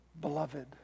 beloved